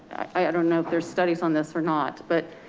i don't know if there's studies on this or not, but